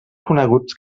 coneguts